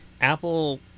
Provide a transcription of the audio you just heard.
Apple